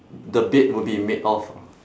the bed would be made of